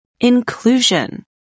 inclusion